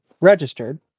registered